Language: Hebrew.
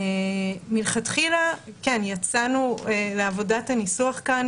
מלכתחילה יצאנו לעבודת הניסוח כאן